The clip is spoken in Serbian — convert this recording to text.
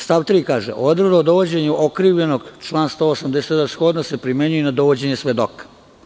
Stav 3. kaže – odredba o dovođenju okrivljenog, član 187. shodno se primenjuje na dovođenje svedoka.